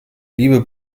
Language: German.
liebe